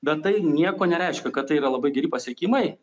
bet tai nieko nereiškia kad tai yra labai geri pasiekimai